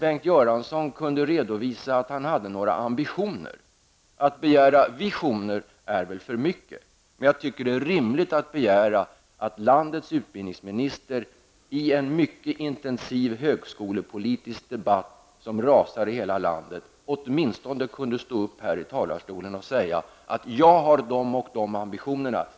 Bengt Göransson borde kunna redovisa att han har några ambitioner. Att begära visioner är väl att begära för mycket. Det är rimligt att begära att landets utbildningsminister, när en mycket intensiv högskoledebatt rasar i hela landet, åtminstone kunde stå upp här i talarstolen och säga att han har de och de ambitionerna.